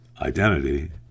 identity